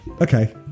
okay